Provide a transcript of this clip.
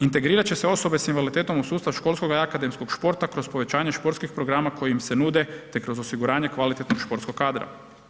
Integrirat će se osobe s invaliditetom u sustav školskog i akademskog športa kroz povećanje športskih programa koji im se nude te kroz osiguranje kvalitetnog športskog kadra.